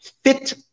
fit